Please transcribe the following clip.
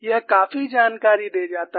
यह काफी जानकारी दे जाता है